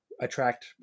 attract